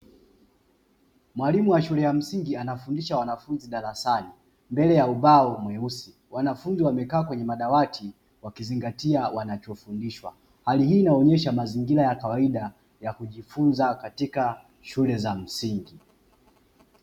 Mwalimu wa shule ya msingi anafundisha wanafunzi darasani, mbele ya ubao mweusi. Wanafunzi wamekaa kwenye madawati, wakizingatia wanachofundishwa. Hali hii inaonyesha mazingira ya kawaida ya kujifunza katika shule za msingi.